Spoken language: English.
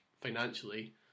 financially